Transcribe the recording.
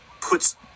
puts